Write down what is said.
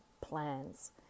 plans